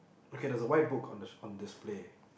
okay there's a white book on the on display